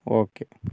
okay